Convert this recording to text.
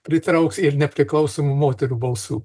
pritrauks ir nepriklausomų moterų balsų